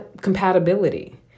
compatibility